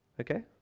okay